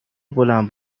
بلند